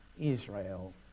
Israel